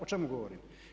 O čemu govorim?